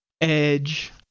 Edge